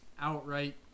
outright